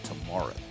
tomorrow